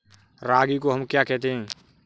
रागी को हम क्या कहते हैं?